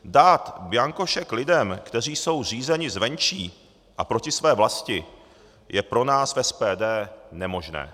Dát bianko šek lidem, kteří jsou řízeni zvenčí a proti své vlasti, je pro nás v SPD nemožné.